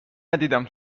ندیدم